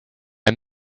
and